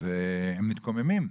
והם מתקוממים.